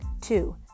Two